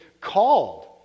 called